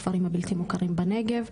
הכפרים הבלתי מוכרים בנגב,